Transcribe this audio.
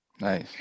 Nice